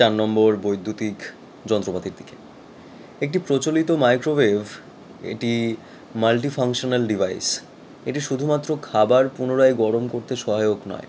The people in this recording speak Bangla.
চার নম্বর বৈদ্যুতিক যন্ত্রপাতির দিকে একটি প্রচলিত মাইক্রোওয়েভ এটি মাল্টি ফাংশানাল ডিভাইস এটি শুধুমাত্র খাবার পুনরায় গরম করতে সহায়ক নয়